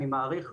אני מעריך,